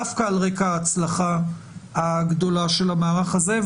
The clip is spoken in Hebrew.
דווקא על רקע ההצלחה הגדולה של המערך הזה,